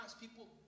people